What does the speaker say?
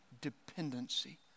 dependency